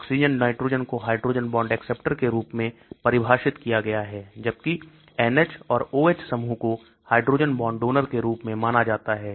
oxygen nitrogen को hydrogen bond acceptor के रूप में परिभाषित किया गया है जबकि N H और O H समूह को हाइड्रोजन बॉन्ड डोनर के रूप में माना जाता है